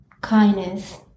kindness